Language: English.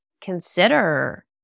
consider